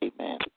Amen